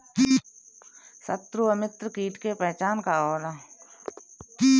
सत्रु व मित्र कीट के पहचान का होला?